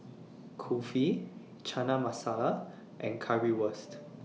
Kulfi Chana Masala and Currywurst